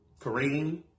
Kareem